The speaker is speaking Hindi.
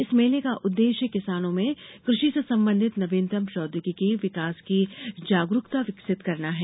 इस मेले का उद्देश्य किसानों में कृषि से संबंधित नवीनतम प्रौद्योगिकीय विकास की जागरुकता विकसित करना है